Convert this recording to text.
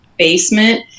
basement